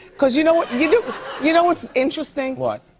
cause you know what? you you know what's interesting? what?